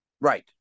Right